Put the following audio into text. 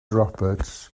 roberts